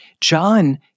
John